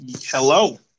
hello